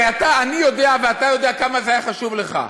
אתה יודע ואני יודע כמה זה היה חשוב לך.